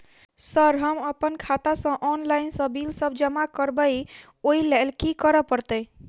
Sir हम अप्पन खाता सऽ ऑनलाइन सऽ बिल सब जमा करबैई ओई लैल की करऽ परतै?